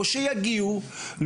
או שיגיעו,